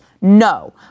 No